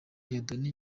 dieudonne